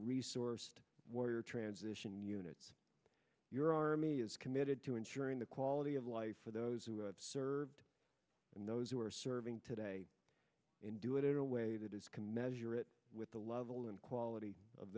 resourced warrior transition units your army is committed to ensuring the quality of life for those who have served and those who are serving today in do it in a way that is can measure it with the level and quality of